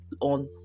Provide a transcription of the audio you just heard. on